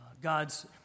God's